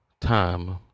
time